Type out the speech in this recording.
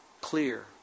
clear